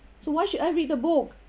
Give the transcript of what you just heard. so why should I read the book